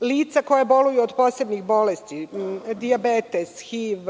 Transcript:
lica koja boluju od posebnih bolesti, dijabetes, HIV,